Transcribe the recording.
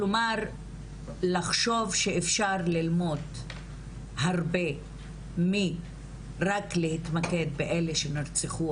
כלומר לחשוב שאפשר ללמוד הרבה מרק להתמקד באלה שנרצחו,